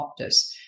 Optus